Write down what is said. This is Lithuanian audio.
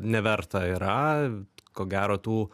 neverta yra ko gero tų